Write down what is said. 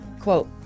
quote